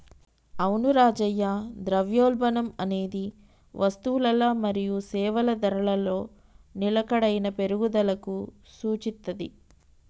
అవును రాజయ్య ద్రవ్యోల్బణం అనేది వస్తువులల మరియు సేవల ధరలలో నిలకడైన పెరుగుదలకు సూచిత్తది